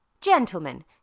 gentlemen